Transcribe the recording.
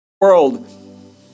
world